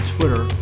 Twitter